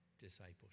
discipleship